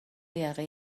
یقه